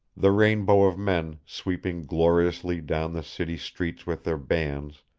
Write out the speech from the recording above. the rainbow of men, sweeping gloriously down the city streets with their bands,